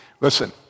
Listen